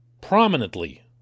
prominently